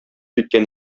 иткән